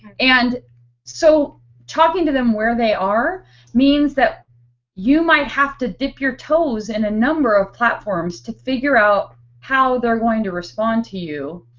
and so talking to them where they are means that you might have to dip your toes in a number of platforms to figure out how they're going to respond to you.